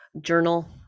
journal